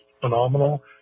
phenomenal